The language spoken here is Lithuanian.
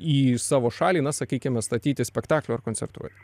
į savo šalį na sakykime statyti spektaklių ar koncertuoti